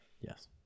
Yes